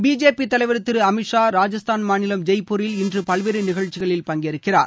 BJP தலைவர் திரு அமித் ஷா ராஜஸ்தான் மாநிலம் ஜெய்ப்பூரில் இன்று பல்வேறு நிகழ்ச்சிகளில் பங்கேற்கிறார்